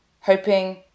Hoping